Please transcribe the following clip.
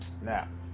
snap